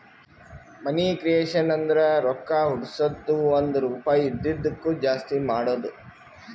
ಮನಿ creation ಅಂದುರ್ ರೊಕ್ಕಾ ಹುಟ್ಟುಸದ್ದು ಒಂದ್ ರುಪಾಯಿ ಇದಿದ್ದುಕ್ ಜಾಸ್ತಿ ಮಾಡದು